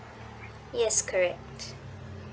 yes correct